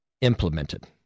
implemented